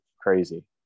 Crazy